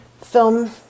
film